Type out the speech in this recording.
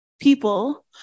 people